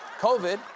COVID